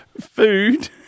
food